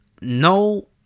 no